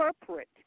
interpret